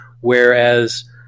Whereas